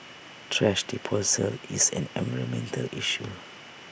thrash disposal is an environmental issue